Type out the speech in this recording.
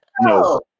no